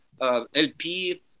lp